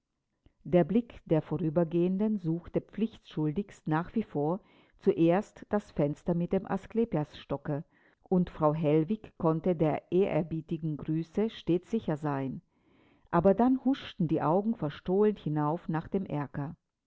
der blick der vorübergehenden suchte pflichtschuldigst nach wie vor zuerst das fenster mit dem asklepiasstocke und frau hellwig konnte der ehrerbietigen grüße stets sicher sein aber dann huschten die augen verstohlen hinauf nach dem erker